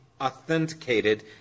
authenticated